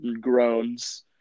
groans